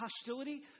hostility